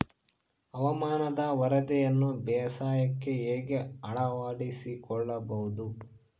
ಹವಾಮಾನದ ವರದಿಯನ್ನು ಬೇಸಾಯಕ್ಕೆ ಹೇಗೆ ಅಳವಡಿಸಿಕೊಳ್ಳಬಹುದು?